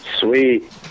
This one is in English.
Sweet